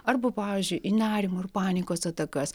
arba pavyzdžiui į nerimo ir panikos atakas